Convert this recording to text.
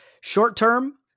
Short-term